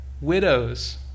widows